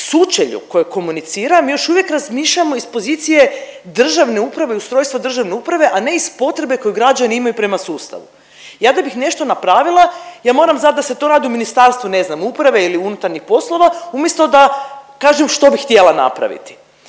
sučelju koje komunicira mi još uvijek razmišljamo iz pozicije državne uprave, ustrojstva državne uprave, a ne iz potrebe koju građani imaju prema sustavu. Ja da bih nešto napravila ja moram znati da se to radi u ministarstvu ne znam uprave ili unutarnjih poslova umjesto da kažem što bi htjela napraviti